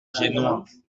génois